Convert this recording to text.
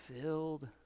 filled